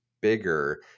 bigger